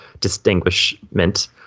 distinguishment